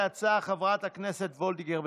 ההצעה הראשונית היא של מיכל וולדיגר,